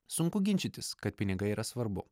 sunku ginčytis kad pinigai yra svarbu